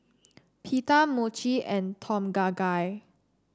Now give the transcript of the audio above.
Pita Mochi and Tom Kha Gai